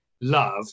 love